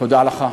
תודה לך,